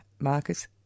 Marcus